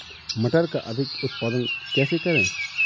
मटर का अधिक उत्पादन कैसे करें?